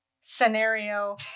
scenario